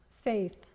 faith